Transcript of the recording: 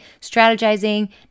strategizing